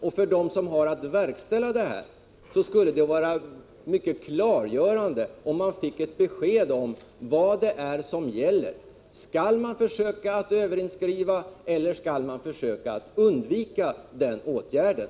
Det skulle vara mycket klargörande för dem som skall verkställa riksdagens beslut att få ett besked om vad det är som gäller: Skall de försöka överinskriva eller skall de försöka undvika den åtgärden?